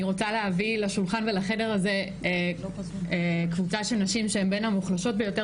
אני רוצה להביא לשולחן ולחדר הזה קבוצה של נשים שהן בין המוחלשות ביותר